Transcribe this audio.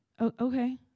okay